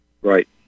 Right